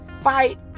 fight